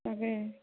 তাকে